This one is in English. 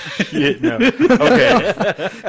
Okay